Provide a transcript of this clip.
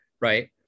right